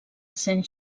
saint